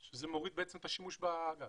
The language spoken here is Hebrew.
שזה מוריד בעצם את השימוש בגז?